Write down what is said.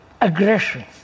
aggression